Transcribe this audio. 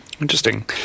Interesting